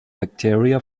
bacteria